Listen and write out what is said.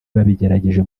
babigerageje